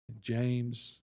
James